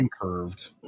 curved